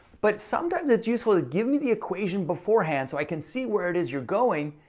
but sometimes it's useful to give me the equation beforehand so i can see where it is you're going,